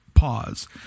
pause